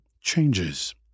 changes